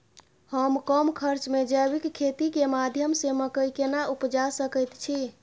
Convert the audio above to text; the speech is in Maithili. हम कम खर्च में जैविक खेती के माध्यम से मकई केना उपजा सकेत छी?